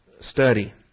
study